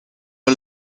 are